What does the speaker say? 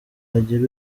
wagira